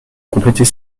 compléter